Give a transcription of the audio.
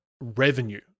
revenue